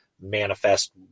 manifest